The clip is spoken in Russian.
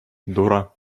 дура